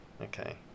okay